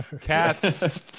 cats